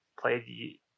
played